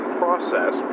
process